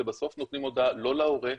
ובסוף נותנים הודעה לא להורה,